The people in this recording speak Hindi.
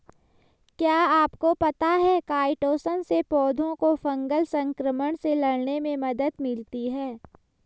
क्या आपको पता है काइटोसन से पौधों को फंगल संक्रमण से लड़ने में मदद मिलती है?